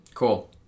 Cool